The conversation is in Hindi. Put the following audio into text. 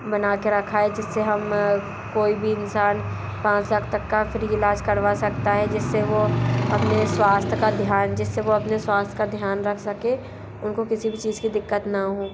बना कर रखा है जिससे हम कोई भी इंसान पाँच लाख तक का फ्री इलाज करवा सकता है जिससे वो अपने स्वास्थ्य का ध्यान जिससे वो अपने स्वास्थ्य का ध्यान रख सकें उनको किसी भी चीज़ की दिक्कत ना हो